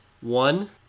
one